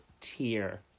tier